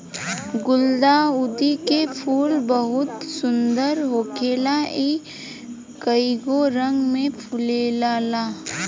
गुलदाउदी के फूल बहुत सुंदर होखेला इ कइगो रंग में फुलाला